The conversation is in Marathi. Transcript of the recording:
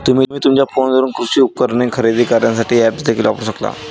तुम्ही तुमच्या फोनवरून कृषी उपकरणे खरेदी करण्यासाठी ऐप्स देखील वापरू शकता